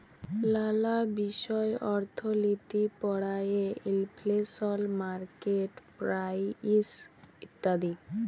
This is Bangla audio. লালা বিষয় অর্থলিতি পড়ায়ে ইলফ্লেশল, মার্কেট প্রাইস ইত্যাদি